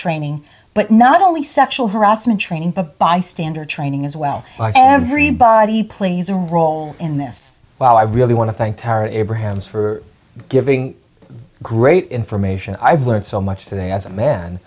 training but not only sexual harassment training of bystander training as well i think everybody plays a role in this while i really want to thank tara abrahams for giving great information i've learned so much today as a man